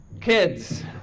Kids